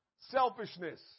Selfishness